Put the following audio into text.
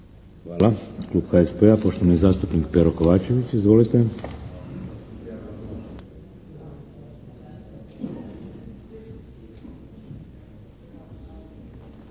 Hvala. Klub HSP-a, poštovani zastupnik Pero Kovačević. Izvolite!